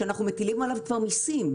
שאנחנו מטילים עליו כבר מיסים.